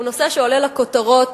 הוא נושא שעולה לכותרות